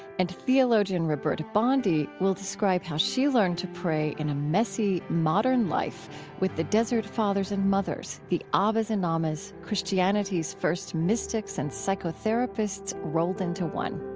and theologian roberta bondi will describe how she learned to pray in a messy modern life with the desert fathers and mothers, the ah abbas and um ammas, christianity's first mystics and psychotherapists rolled into one